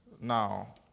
Now